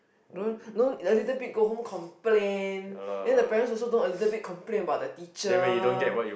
no no a little bit go home complain then the parents also know a little bit complain about the teacher